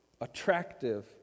attractive